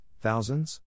thousands